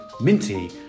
Minty